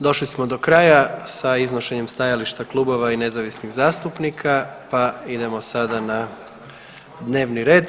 Došli smo do kraja sa iznošenjem stajališta klubova i nezavisnih zastupnika, pa idemo sada na dnevni red.